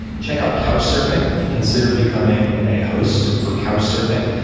check out couchsurfing. consider becoming a host for couchsurfing.